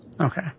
Okay